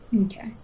Okay